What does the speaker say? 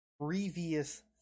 previous